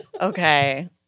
Okay